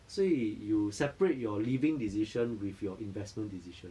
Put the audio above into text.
所以 you separate your living decision with your investment decision